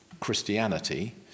Christianity